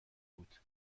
بود